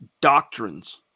doctrines